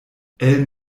elle